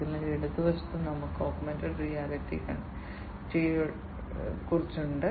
അതിനാൽ ഇടതുവശത്ത് നമുക്ക് ഓഗ്മെന്റഡ് റിയാലിറ്റി കണ്ണടയുണ്ട്